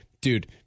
dude